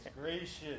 Gracious